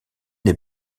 des